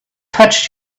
touched